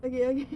okay let me think